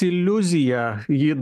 iliuzija ji